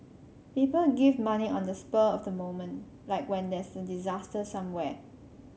people give money on the spur of the moment like when there's a disaster somewhere